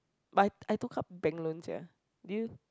but I took up bank loan sia do you